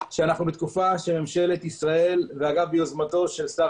שאנחנו בתקופה שממשלת ישראל - וביוזמתו של שר